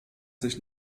sich